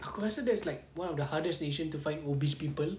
aku rasa that's like one of the hardest nation to find obese people